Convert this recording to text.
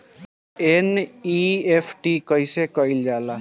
NEFT कइसे कइल जाला?